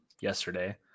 yesterday